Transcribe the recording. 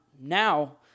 Now